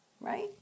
Right